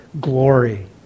glory